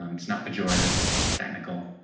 um it's not pejorative its technical